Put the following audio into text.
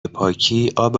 پاکی، اب